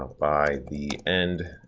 by the end